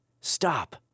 Stop